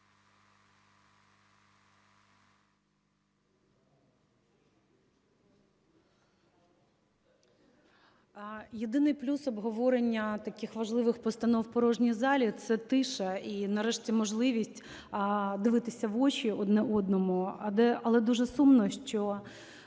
Єдиний плюс обговорення таких важливих постанов у порожній залі – це тиша і нарешті можливість дивитися в очі один одному. Але дуже сумно, що